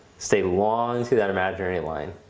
stay long through that imaginary line.